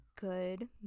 good